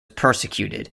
persecuted